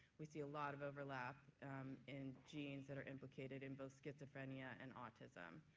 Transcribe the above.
we see a lot of overlap in genes that are implicated in both schizophrenia and autism,